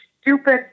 stupid